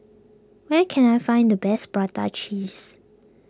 where can I find the best Prata Cheese